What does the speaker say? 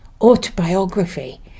autobiography